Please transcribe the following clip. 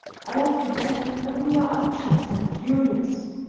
i like you better when you are unjust and furious,